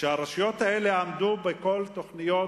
שהרשויות האלה עמדו בכל תוכניות